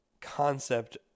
concept